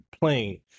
playing